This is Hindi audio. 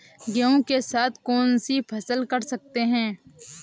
गेहूँ के साथ कौनसी फसल कर सकते हैं?